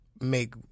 make